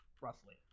roughly